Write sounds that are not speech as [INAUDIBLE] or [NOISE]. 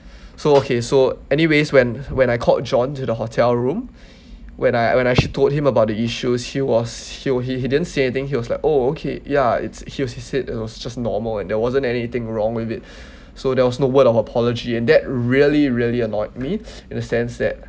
so okay so anyways when when I called john to the hotel room when I when I she told him about the issues he was he he didn't say then he was like oh okay ya it's he was he said it was just normal and there wasn't anything wrong with it so there was no word of apology and that really really annoyed me [NOISE] in a sense that